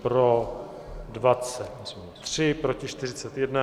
Pro 23, proti 41.